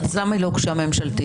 למה היא לא הוגשה ממשלתית?